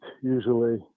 usually